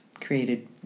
created